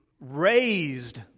raised